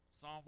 Psalm